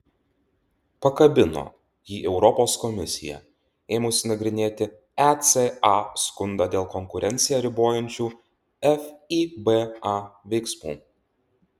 pakabino jį europos komisija ėmusi nagrinėti eca skundą dėl konkurenciją ribojančių fiba veiksmų